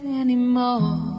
anymore